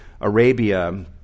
Arabia